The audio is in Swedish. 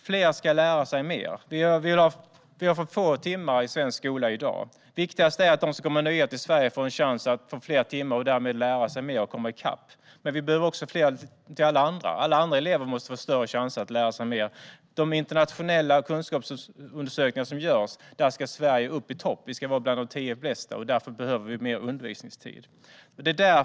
Fler ska lära sig mer. Vi har för få timmar i svensk skola i dag. Det viktigaste är att de som kommer nya till Sverige får en chans till fler timmar och därmed får lära sig mer för att komma i kapp. Men vi behöver också fler timmar åt alla andra. Alla andra elever måste få större chanser att lära sig mer. I de internationella kunskapsundersökningar som görs ska Sverige upp i topp. Vi ska vara bland de tio bästa, och därför behöver vi mer undervisningstid.